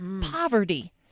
poverty